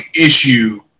issue